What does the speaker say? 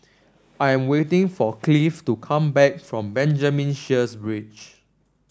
I'm waiting for Cliff to come back from Benjamin Sheares Bridge